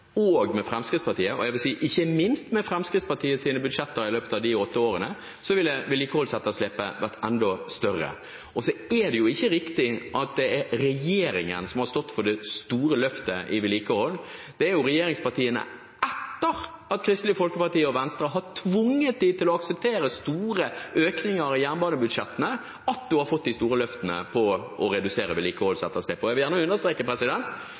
og ikke minst med Fremskrittspartiets budsjetter i løpet av de åtte årene, ville vedlikeholdsetterslepet vært enda større. Så er det jo ikke riktig at det er regjeringen som har stått for det store løftet i vedlikehold. Det er etter at Kristelig Folkeparti og Venstre har tvunget regjeringspartiene til å akseptere store økninger i jernbanebudsjettene, at man har fått de store løftene for å redusere vedlikeholdsetterslepet. Jeg vil gjerne understreke: